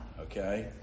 okay